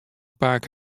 pake